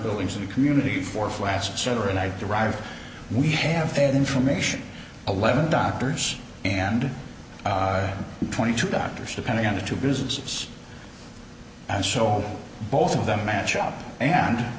buildings in the community for flats and center and i derive we have faith information eleven doctors and twenty two doctors depending on the two businesses and so all both of them match up and